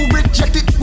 rejected